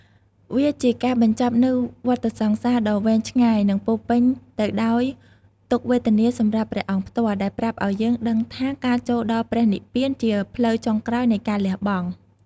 វាជាការបញ្ចប់នូវវដ្តសង្សារដ៏វែងឆ្ងាយ និងពោរពេញទៅដោយទុក្ខវេទនាសម្រាប់ព្រះអង្គផ្ទាល់ ដែលប្រាប់ឲ្យយើងដឹងថា ការចូលដល់ព្រះនិព្វានជាផ្លូវចុងក្រោយនៃការលះបង់។